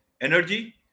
energy